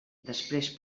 després